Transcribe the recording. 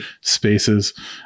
spaces